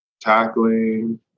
tackling